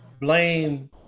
Blame